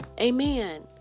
Amen